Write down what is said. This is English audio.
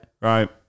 Right